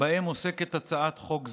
שבהם עוסקת הצעת חוק זו.